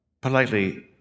politely